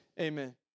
Amen